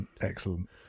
excellent